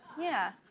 yeah.